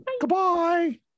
Goodbye